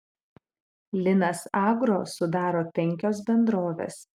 linas agro sudaro penkios bendrovės